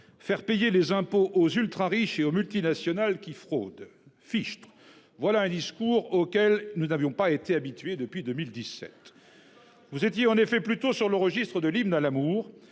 faire payer les impôts aux ultra-riches et aux multinationales qui fraudent ». Fichtre, voilà un discours auquel nous n'avions pas été habitués depuis 2017 ! Vous étiez, en effet, plutôt sur le registre de. Vous